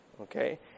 Okay